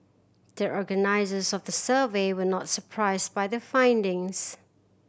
the organisers of the survey were not surprised by the findings